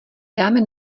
dáme